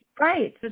right